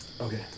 Okay